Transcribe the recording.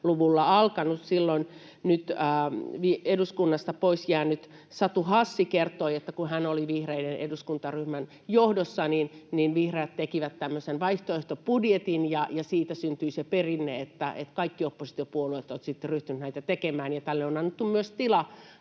90-luvulla alkanut. Nyt eduskunnasta pois jäänyt Satu Hassi kertoi, että kun hän silloin oli vihreiden eduskuntaryhmän johdossa, niin vihreät tekivät tämmöisen vaihtoehtobudjetin ja siitä syntyi se perinne, että kaikki oppositiopuolueet ovat sitten ryhtyneet näitä tekemään, ja on annettu myös tila